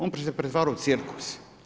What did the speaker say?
On se pretvara u cirkus.